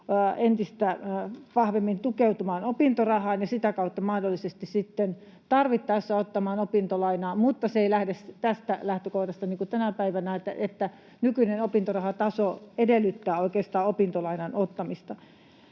entistä vahvemmin tukeutumaan opintorahaan ja sitä kautta mahdollisesti sitten tarvittaessa ottamaan opintolainaa, mutta se ei lähde tästä lähtökohdasta niin kuin tänä päivänä, että nykyinen opintorahataso oikeastaan edellyttää opintolainan ottamista,